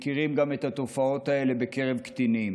אנו מכירים את התופעות האלה גם בקרב קטינים.